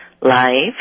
live